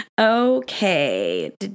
okay